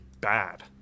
Bad